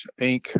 Inc